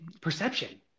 perception